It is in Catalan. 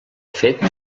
fet